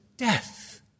death